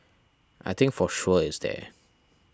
I think for sure it's there